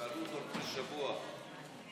שאלו אותו לפני שבוע בטלוויזיה,